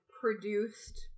produced